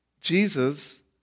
Jesus